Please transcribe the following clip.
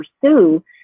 pursue